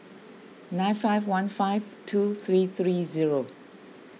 nine five one five two three three zero